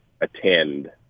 attend